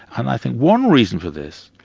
and i think one reason for this,